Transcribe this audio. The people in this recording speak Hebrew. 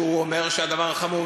שאומר שהדבר חמור,